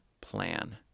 plan